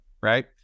right